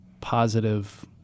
positive